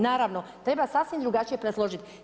Naravno, treba sasvim drugačije presložit.